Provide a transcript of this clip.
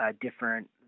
different